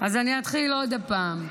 אז אני אתחיל עוד פעם.